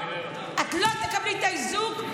את לא תקבלי את האיזוק,